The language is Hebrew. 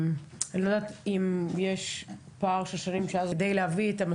אני לא יודעת אם יש פער של שנים שאז עושים שוב פעם את הדוח,